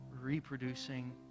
reproducing